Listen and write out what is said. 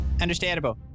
Understandable